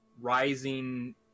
rising